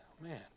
Man